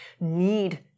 need